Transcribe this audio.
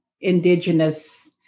Indigenous